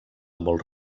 molt